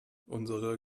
unsere